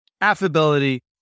affability